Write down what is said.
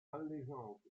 allégeance